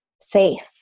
safe